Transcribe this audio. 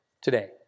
today